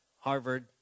Harvard